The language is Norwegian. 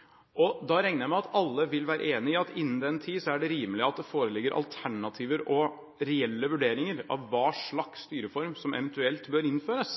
periode. Da regner jeg med at alle vil være enig i at det innen den tid er rimelig at det foreligger alternativer og reelle vurderinger av hva slags styreform som eventuelt bør innføres.